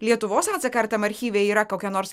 lietuvos atsaką ar tam archyve yra kokia nors